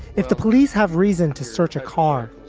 if the police have reason to search a car,